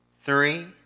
three